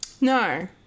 no